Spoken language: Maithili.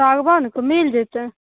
सागबानके मिल जेतै